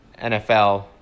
NFL